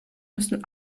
müssen